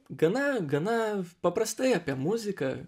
gana gana paprastai apie muziką